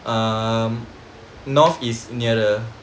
north east nearer